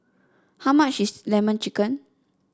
how much is lemon chicken